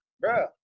bro